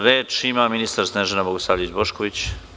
Reč ima ministar Snežana Bogosavljević Bošković.